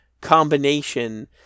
combination